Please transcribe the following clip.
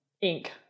ink